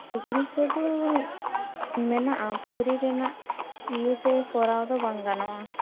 ᱯᱩᱠᱷᱨᱤ ᱠᱚᱫᱚ ᱢᱮᱱᱟᱜᱼᱟ ᱯᱩᱠᱷᱨᱤ ᱨᱮᱱᱟᱜ ᱤᱭᱟᱹ ᱛᱮ ᱠᱚᱨᱮᱣ ᱫᱚ ᱵᱟᱝ ᱜᱟᱱᱚᱜᱼᱟ